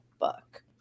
book